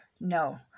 No